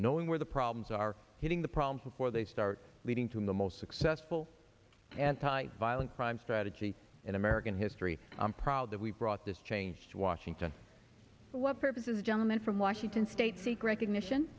knowing where the problems are getting the problems before they start leading to the most successful anti violent crime strategy in american history i'm proud that we brought this change to washington but what purpose is the gentleman from washington state seek recognition